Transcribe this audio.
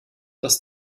das